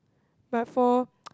but for